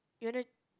you wanna